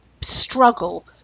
struggle